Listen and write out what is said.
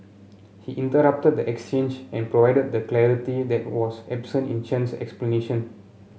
he interrupted the exchange and provided the clarity that was absent in Chen's explanation